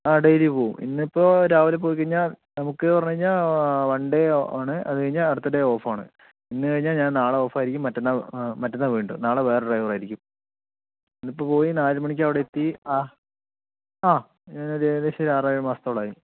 ആ ഡെയ്ലി പോകും ഇന്നിപ്പോൾ രാവിലെ പോയിക്കഴിഞ്ഞാൽ നമുക്ക് എന്ന് പറഞ്ഞു കഴിഞ്ഞാൽ വൺ ഡേ ആണ് അതു കഴിഞ്ഞാൽ അടുത്ത ഡേ ഓഫ് ആണ് ഇന്ന് കഴിഞ്ഞാൽ ഞാൻ നാളെ ഓഫ് ആയിരിക്കും മറ്റന്നാൾ മറ്റന്നാൾ വീണ്ടും നാളെ വേറെ ഡ്രൈവർ ആയിരിക്കും ഇന്നിപ്പോൾ പോയി നാലു മണിക്കവിടെ എത്തി ആ ആ ഞാനൊരു ഏകദേശം ഒരു ആറേഴു മാസത്തോളം ആയി